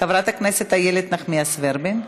חברת הכנסת איילת נחמיאס ורבין,